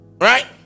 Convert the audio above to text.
Right